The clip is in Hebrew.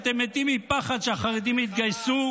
בשעת מלחמה, הסתה?